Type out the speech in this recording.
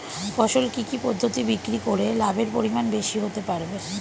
ফসল কি কি পদ্ধতি বিক্রি করে লাভের পরিমাণ বেশি হতে পারবে?